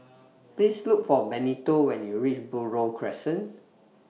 Please Look For Benito when YOU REACH Buroh Crescent